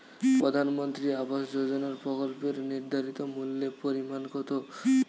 প্রধানমন্ত্রী আবাস যোজনার প্রকল্পের নির্ধারিত মূল্যে পরিমাণ কত?